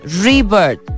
rebirth